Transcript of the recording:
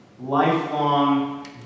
lifelong